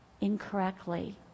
incorrectly